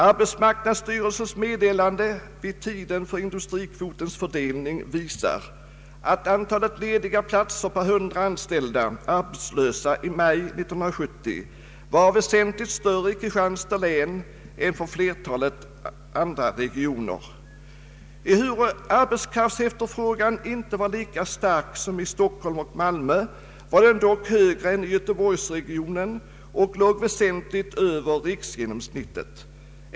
Arbetsmarknadsstyrelsens meddelande vid tiden för industrikvotens fördelning visar att antalet lediga platser per 100 anmälda arbetslösa i maj 1970 var väsentligt större i Kristianstads län än i flertalet andra regioner. Ehuru arbetskraftsefterfrågan inte var lika stark som i Stockholm och Malmö var den dock högre än i Göteborgsregionen och låg väsentligt över riksgenomsnittet.